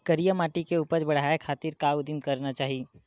करिया माटी के उपज बढ़ाये खातिर का उदिम करना चाही?